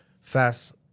fast